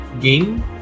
game